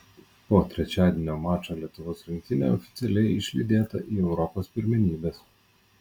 po trečiadienio mačo lietuvos rinktinė oficialiai išlydėta į europos pirmenybes